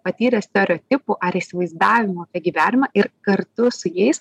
patyrę stereotipų ar įsivaizdavimų apie gyvenimą ir kartu su jais